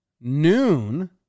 noon